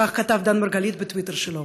כך כתב דן מרגלית בטוויטר שלו.